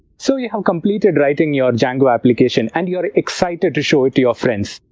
so you have completed writing your django application and you are excited to show it to your friends.